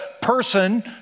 person